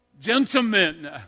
Gentlemen